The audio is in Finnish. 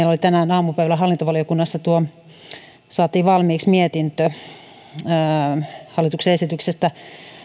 tänään aamupäivällä hallintovaliokunnassa saatiin valmiiksi mietintö hallituksen esityksestä